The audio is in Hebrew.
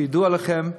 כידוע לכם,